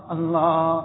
Allah